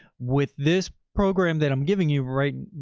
with this program that i'm giving you, right.